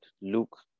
Luke